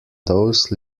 those